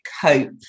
cope